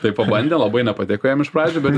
tai pabandė labai nepatiko jam iš pradžių bet